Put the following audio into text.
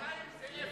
עדיין זה אפס.